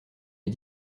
est